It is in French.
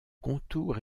contour